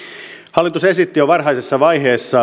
hallitus esitti jo varhaisessa vaiheessa